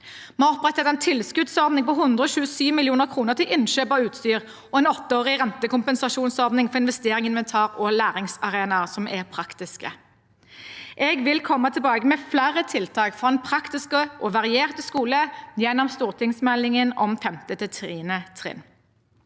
Vi har opprettet en tilskuddsordning på 127 mill. kr til innkjøp av utstyr og en åtteårig rentekompensasjonsordning for investeringer i inventar og læringsarenaer som er praktiske. Jeg vil komme tilbake med flere tiltak for en praktisk og variert skole gjennom stortingsmeldingen om 5.–10. trinn.